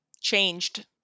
changed